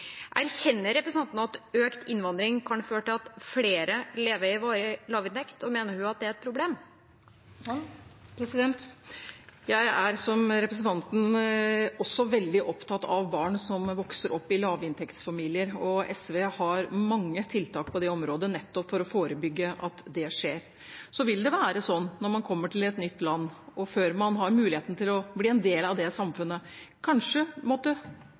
Erkjenner representanten at økt innvandring kan føre til at flere lever med varig lavinntekt, og mener hun at det er et problem? Jeg er som representanten veldig opptatt av barn som vokser opp i lavinntektsfamilier, og SV har mange tiltak på det området nettopp for å forebygge at det skjer. Så vil det være sånn at man, når man kommer til et nytt land, og før man har mulighet til å bli en del av det samfunnet, kanskje